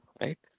right